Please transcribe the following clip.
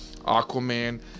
Aquaman